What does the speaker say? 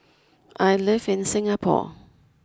I live in Singapore